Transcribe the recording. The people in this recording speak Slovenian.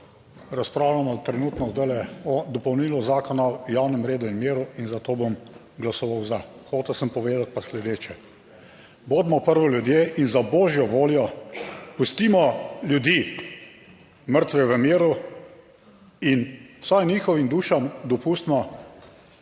razpravljamo trenutno zdajle o dopolnilu Zakona o javnem redu in miru in zato bom glasoval za. Hotel sem povedati pa sledeče. Bodimo prvo ljudje in za božjo voljo pustimo ljudi mrtve v miru in vsaj njihovim dušam dopustimo,